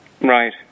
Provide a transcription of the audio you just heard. Right